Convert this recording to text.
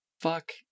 fuck